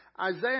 Isaiah